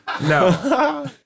No